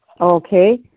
Okay